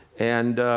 and